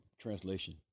translation